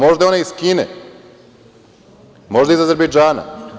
Možda je ona iz Kine, možda iz Azerbejdžana.